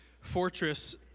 fortress